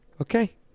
Okay